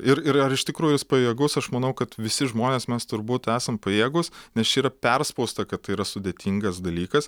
ir ir ar iš tikrųjų jis pajėgus aš manau kad visi žmonės mes turbūt esam pajėgūs nes čia yra perspausta kad tai yra sudėtingas dalykas